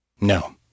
No